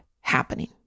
happening